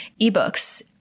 eBooks